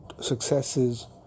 successes